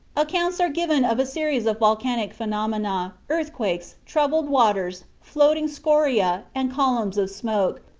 accounts are given of a series of volcanic phenomena, earthquakes, troubled water, floating scoria, and columns of smoke,